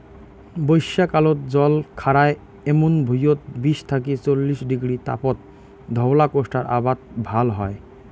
বইষ্যাকালত জল খাড়ায় এমুন ভুঁইয়ত বিশ থাকি চল্লিশ ডিগ্রী তাপত ধওলা কোষ্টার আবাদ ভাল হয়